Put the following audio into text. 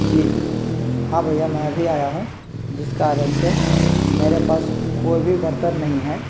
जी जी हाँ भैया मैं अभी आया हूँ जिस कारण से मेरे पास कोई भी बर्तन नहीं है